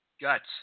guts